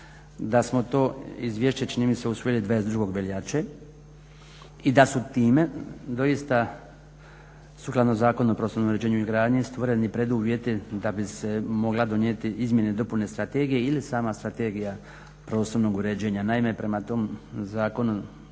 Da smo to Izvješće čini mi se usvojili 22. veljače i da su tima doista sukladno Zakonu o prostornom uređenju i gradnji stvoreni preduvjeti da bi se mogla donijeti, Izmjene i dopune Strategije ili sama strategija prostornog uređenja. Naime, prema tom Zakonu